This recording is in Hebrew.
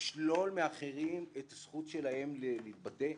לשלול מאחרים את זכותם להתבטא.